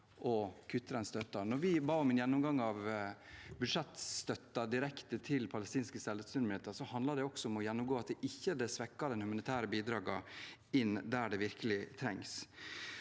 Da vi ba om en gjennomgang av den direkte budsjettstøtten til palestinske selvstyremyndigheter, handlet det også om å gjennomgå at det ikke svekker de humanitære bidragene inn der det virkelig trengs.